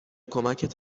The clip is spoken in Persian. کمکت